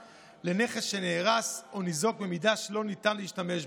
לנכס שנהרס או ניזוק במידה שלא ניתן להשתמש בו.